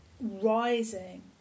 rising